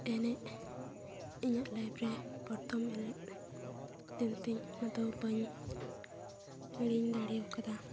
ᱮᱱᱮᱡ ᱤᱧᱟᱹᱜ ᱞᱟᱭᱤᱯᱷ ᱨᱮ ᱯᱨᱚᱛᱷᱚᱢ ᱮᱱᱮᱡ ᱠᱟᱱᱛᱤᱧ ᱚᱱᱟᱫᱚ ᱵᱟᱹᱧ ᱦᱤᱲᱤᱧ ᱫᱟᱲᱮ ᱟᱠᱟᱫᱟ